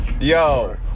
Yo